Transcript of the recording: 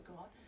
God